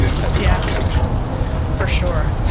type of conversation for sure.